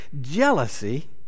jealousy